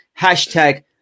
hashtag